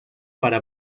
para